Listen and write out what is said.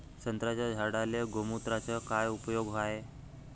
संत्र्याच्या झाडांले गोमूत्राचा काय उपयोग हाये?